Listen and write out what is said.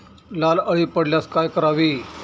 लाल अळी पडल्यास काय करावे?